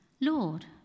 Lord